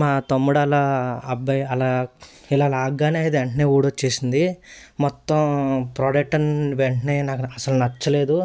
మా తమ్ముడు అలా అబ్బాయి అలా ఇలా లాగ్గానే ఇది వెంటనే ఊడొచ్చేసింది మొత్తం ప్రోడక్ట్ అండ్ వెంటనే నాకు అసలు నచ్చలేదు